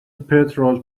petrol